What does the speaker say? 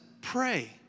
pray